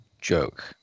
joke